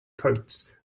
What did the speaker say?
coats